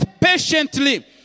patiently